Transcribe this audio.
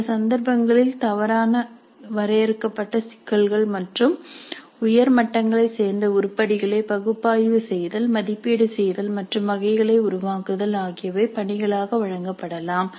சில சந்தர்ப்பங்களில் தவறான வரையறுக்கப்பட்ட சிக்கல்கள் மற்றும் உயர் மட்டங்களைச் சேர்ந்த உருப்படிகளை பகுப்பாய்வு செய்தல் மதிப்பீடு செய்தல் மற்றும் வகைகளை உருவாக்குதல் ஆகியவை பணிகளாக வழங்கப்படலாம்